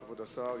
כבוד השר ישיב.